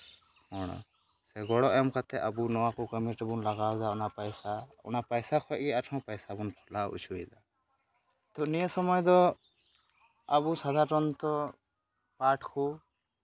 ᱦᱚᱲ ᱥᱮ ᱜᱚᱲᱚ ᱮᱢ ᱠᱟᱛᱮᱫ ᱟᱵᱚ ᱱᱚᱣᱟ ᱠᱚ ᱠᱟᱹᱢᱤ ᱨᱮᱵᱚᱱ ᱞᱟᱜᱟᱣᱫᱟ ᱚᱱᱟ ᱯᱚᱭᱥᱟ ᱚᱱᱟ ᱯᱚᱭᱥᱟ ᱠᱷᱚᱡ ᱜᱮ ᱟᱨᱦᱚᱸ ᱯᱚᱭᱥᱟ ᱵᱚᱱ ᱠᱷᱚᱞᱟᱣ ᱦᱚᱪᱚᱭᱫᱟ ᱛᱚ ᱱᱤᱭᱟᱹ ᱥᱚᱢᱚᱭᱫᱚ ᱟᱵᱚ ᱥᱟᱫᱷᱟᱨᱚᱱᱛᱚ ᱯᱟᱴ ᱠᱚ